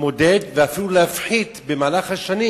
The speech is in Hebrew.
להתמודד ואפילו להפחית במהלך השנים,